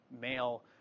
male